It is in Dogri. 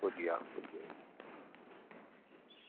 पुज्जी जाह्ग पुज्जी जाह्ग